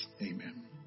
Amen